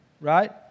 right